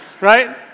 Right